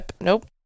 Nope